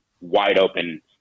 wide-open